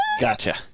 Gotcha